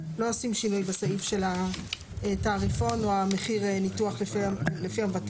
לא עושים שינוי בסעיף של התעריפון או מחיר ניתוח לפי המבטח.